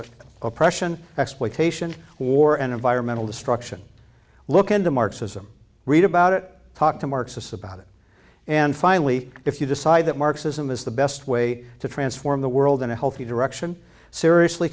oppression exploitation war and environmental destruction look into marxism read about it talk to marxists about it and finally if you decide that marxism is the best way to transform the world in a healthy direction seriously